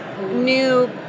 new